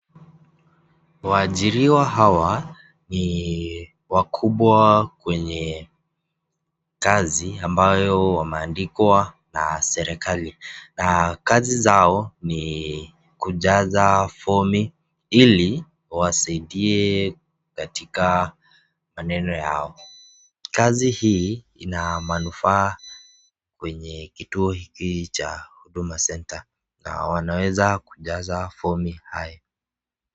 Waajiriwa hawa ni wakubwa kwenye kazi ambayo wameandikwa na serikali. Na kazi zao ni kujaza fomi ili wasaidie katika maneno yao. Kazii hii ina manufaa kwenye kituo hiki cha Huduma Centre na wanaweza kujaza fomi haya.